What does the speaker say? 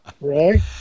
Right